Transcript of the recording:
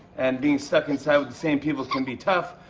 and being stuck inside with the same people can be tough.